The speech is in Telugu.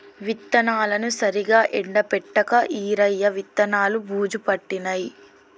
విత్తనాలను సరిగా ఎండపెట్టక ఈరయ్య విత్తనాలు బూజు పట్టినాయి